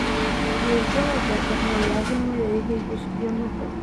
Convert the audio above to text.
jūs žinote kad naujagimiui reikia jūsų pienuko